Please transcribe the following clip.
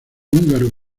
húngaro